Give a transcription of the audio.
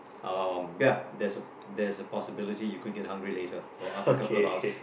um but ya there's a there's a possibility you could get hungry later or after a couple of hours